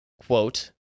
quote